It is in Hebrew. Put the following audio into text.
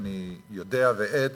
ואני יודע ועד